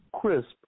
crisp